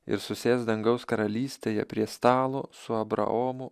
ir susės dangaus karalystėje prie stalo su abraomu